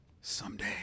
someday